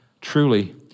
Truly